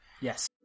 Yes